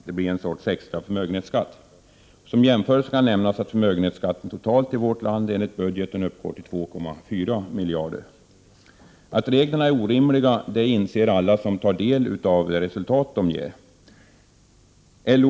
Det är ett slags extra förmögenhetsskatt. Som jämförelse kan nämnas att den totala förmögenhetsskatten i vårt land enligt budgeten uppgår till 2,4 miljarder kronor. Att reglerna är orimliga inser alla som tar del av resultatet av dessa regler.